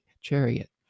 chariot